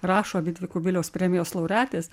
rašo abidvi kubiliaus premijos laureatės